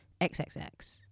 XXX